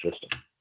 system